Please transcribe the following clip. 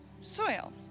soil